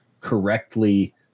correctly